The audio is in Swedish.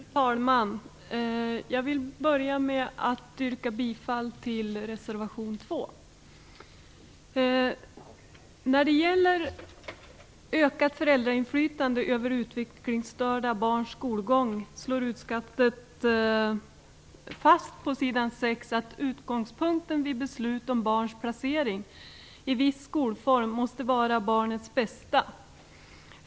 Fru talman! Jag vill börja med att yrka bifall till reservation 2. När det gäller ökat föräldrainflytande över utvecklingsstörda barns skolgång slår utskottet fast följande på s. 6: Utgångspunkten vid beslut om barns placering i viss skolform måste vara barnets bästa.